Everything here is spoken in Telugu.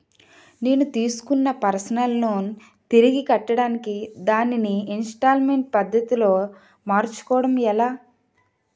నేను తిస్కున్న పర్సనల్ లోన్ తిరిగి కట్టడానికి దానిని ఇంస్తాల్మేంట్ పద్ధతి లో మార్చుకోవడం ఎలా?